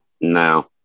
No